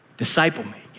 Disciple-making